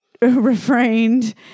refrained